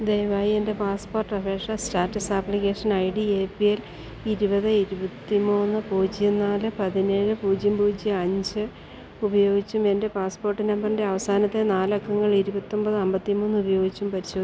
ദയവായി എൻ്റെ പാസ്പോർട്ട് അപേക്ഷാ status application I D A P L ഇരുപത് ഇരുപത്തിമൂന്ന് പൂജ്യം നാല് പതിനേഴ് പൂജ്യം പൂജ്യം അഞ്ച് ഉപയോഗിച്ചും എൻ്റെ പാസ്പോർട്ട് നമ്പറിൻ്റെ അവസാനത്തെ നാലക്കങ്ങൾ ഇരുപത്തിയൊമ്പത് അമ്പത്തിമൂന്ന് ഉപയോഗിച്ചും പരിശോ